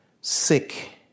sick